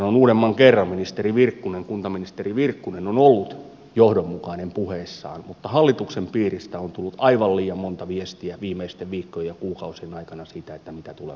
sanon uudemman kerran että ministeri virkkunen kuntaministeri virkkunen on ollut johdonmukainen puheissaan mutta hallituksen piiristä on tullut aivan liian monta viestiä viimeisten viikkojen ja kuukausien aikana siitä mitä tuleman pitää